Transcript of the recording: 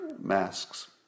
masks